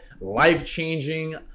life-changing